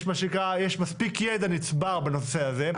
מספיק ידע נצבר בנושא הזה.